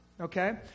Okay